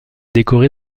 décorée